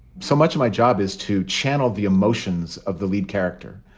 so much of my job is to channel the emotions of the lead character.